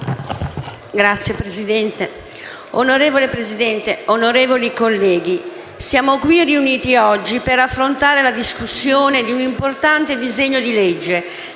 *(PD)*. Signora Presidente, onorevoli colleghi, siamo qui riuniti oggi per affrontare la discussione di un importante disegno di legge,